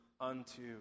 unto